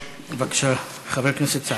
בבקשה, חבר הכנסת סעדי.